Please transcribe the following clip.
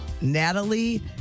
Natalie